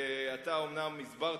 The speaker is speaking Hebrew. ואתה אומנם הסברת,